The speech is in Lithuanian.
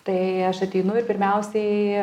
tai aš ateinu ir pirmiausiai